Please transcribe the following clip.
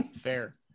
Fair